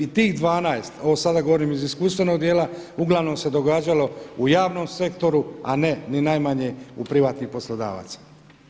I tih 12, ovo sada govorim iz iskustvenog djela uglavnom se događalo u javnom sektoru a ne ni najmanje u privatnih poslodavaca.